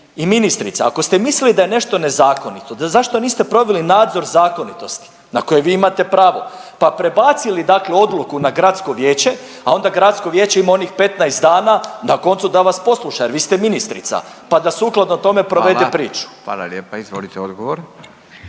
I ministrice, ako ste mislili da je nešto nezakonito, zašto niste proveli nadzor zakonitosti na koje vi imate pravo pa prebacili dakle odluku na Gradsko vijeće, a onda Gradsko vijeće ima onih 15 dana na koncu, da vas posluša jer vi ste ministrica pa da sukladno tome provedete priču. **Radin, Furio (Nezavisni)** Hvala.